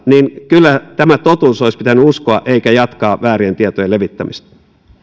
niin kyllä tämä totuus olisi pitänyt uskoa eikä jatkaa väärien tietojen levittämistä